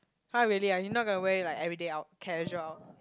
!huh! really ah you not going to wear it like everyday out casual out